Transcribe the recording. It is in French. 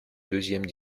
deuxième